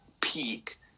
peak